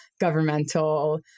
governmental